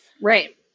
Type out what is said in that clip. Right